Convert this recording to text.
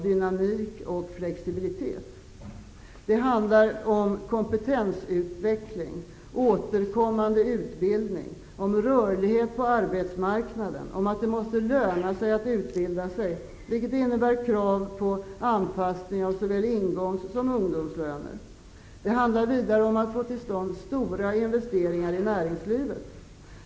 Det handlar om kompetensutveckling och återkommande utbildning, om rörlighet på arbetsmarknaden, om att det måste löna sig att utbilda sig, vilket innebär krav på anpassning av såväl ingångs som ungdomslöner. Det handlar vidare om att få till stånd stora investeringar i näringslivet.